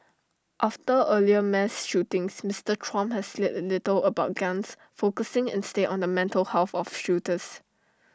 after earlier mass shootings Mister Trump has said little about guns focusing instead on the mental health of shooters